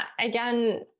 again